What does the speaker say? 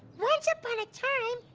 once upon a time,